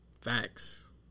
facts